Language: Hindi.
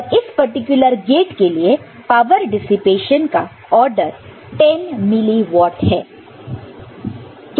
और इस पर्टिकुलर गेट के लिए पावर डिसिपेशन का ऑर्डर 10 मिली व्हाट है